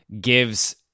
gives